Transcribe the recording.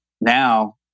now